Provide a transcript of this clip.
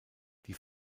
die